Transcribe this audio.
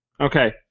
Okay